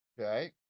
Okay